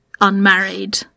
unmarried